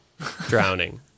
drowning